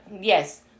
yes